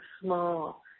small